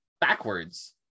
backwards